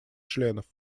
членов